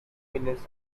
minutes